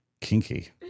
Kinky